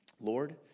Lord